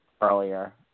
earlier